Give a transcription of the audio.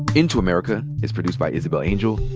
into america is produced by isabel angel,